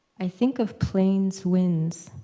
i think of plains winds,